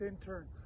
intern